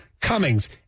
Cummings